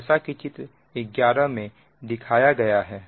जैसा कि चित्र 11 में दिखाया गया है